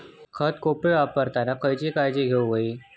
खत कोळपे वापरताना खयची काळजी घेऊक व्हयी?